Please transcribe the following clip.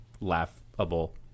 laughable